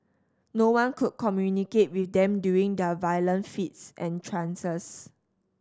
no one could communicate with them during their violent fits and trances